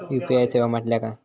UPI सेवा म्हटल्या काय?